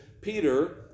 Peter